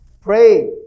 Pray